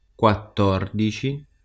quattordici